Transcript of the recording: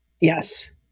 Yes